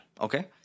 Okay